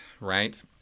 right